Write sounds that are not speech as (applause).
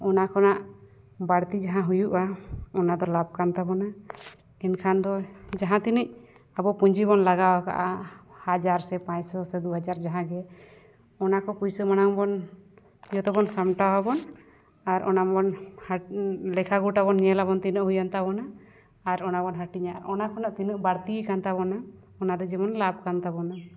ᱚᱱᱟ ᱠᱷᱚᱱᱟᱜ ᱵᱟᱹᱲᱤ ᱡᱟᱦᱟᱸ ᱦᱩᱭᱩᱜᱼᱟ ᱚᱱᱟ ᱫᱚ ᱞᱟᱵᱷ ᱠᱟᱱ ᱛᱟᱵᱚᱱᱟ ᱮᱱᱠᱷᱟᱱ ᱫᱚ ᱡᱟᱦᱟᱸ ᱛᱤᱱᱟᱹᱜ ᱟᱵᱚ ᱯᱩᱸᱡᱤ ᱵᱚᱱ ᱞᱟᱜᱟᱣ ᱟᱠᱟᱜᱫᱟ ᱦᱟᱡᱟᱨ ᱥᱮ ᱯᱟᱸᱪᱥᱚ ᱥᱮ ᱫᱩ ᱦᱟᱡᱟᱨ ᱡᱟᱦᱟᱸ ᱜᱮ ᱚᱱᱟ ᱠᱚ ᱯᱩᱭᱥᱟᱹ ᱢᱟᱲᱟᱝ ᱵᱚᱱ ᱡᱚᱛᱚ ᱵᱚᱱ ᱥᱟᱢᱴᱟᱣᱟ ᱵᱚᱱ ᱟᱨ ᱚᱱᱟ ᱵᱚᱱ (unintelligible) ᱞᱮᱠᱷᱟ ᱜᱳᱴᱟ ᱵᱚᱱ ᱧᱮᱞ ᱟᱵᱚᱱ ᱛᱤᱱᱟᱹᱜ ᱦᱩᱭᱮᱱ ᱛᱟᱵᱚᱱᱟ ᱟᱨ ᱚᱱᱟ ᱵᱚᱱ ᱦᱟᱹᱴᱤᱧᱟ ᱚᱱᱟ ᱠᱷᱚᱱᱟ ᱛᱤᱱᱟᱹᱜ ᱵᱟᱹᱲᱛᱤ ᱟᱠᱟᱱ ᱛᱟᱵᱚᱱᱟ ᱚᱱᱟ ᱫᱚ ᱡᱮᱢᱚᱱ ᱞᱟᱵᱷ ᱠᱟᱱ ᱛᱟᱵᱚᱱᱟ